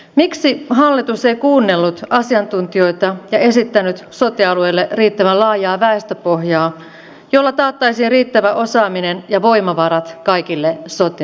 miksi hallitus ei kuunnellut asiantuntijoita ja esittänyt sote alueille riittävän laajaa väestöpohjaa jolla taattaisiin riittävä osaaminen ja voimavarat kaikille sote alueille